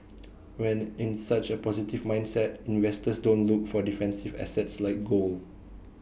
when in such A positive mindset investors don't look for defensive assets like gold